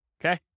Okay